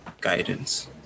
guidance